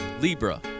Libra